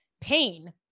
pain